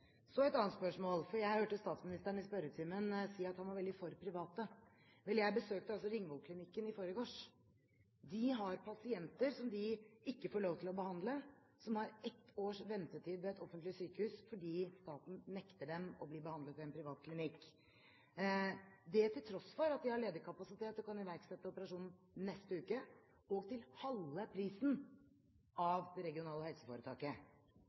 Så et annet spørsmål. Jeg hørte statsministeren si i spørretimen at han var for private. Jeg besøkte Ringvoll Klinikken i forgårs. De har pasienter som de ikke får lov til å behandle, som har et års ventetid ved et offentlig sykehus fordi staten nekter dem å bli behandlet ved en privat klinikk – til tross for at de har ledig kapasitet og kan iverksette operasjon i neste uke til halve prisen av det det regionale helseforetaket